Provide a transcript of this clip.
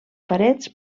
parets